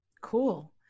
Cool